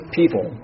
people